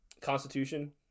Constitution